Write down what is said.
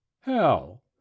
Hell